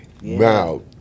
Wow